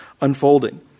unfolding